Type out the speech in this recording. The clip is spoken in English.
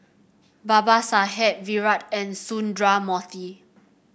Babasaheb Virat and Sundramoorthy